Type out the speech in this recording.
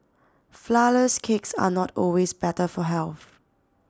Flourless Cakes are not always better for health